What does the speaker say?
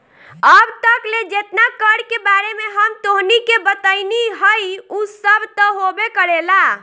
अब तक ले जेतना कर के बारे में हम तोहनी के बतइनी हइ उ सब त होबे करेला